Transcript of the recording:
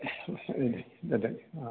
ശരി ആ